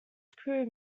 crew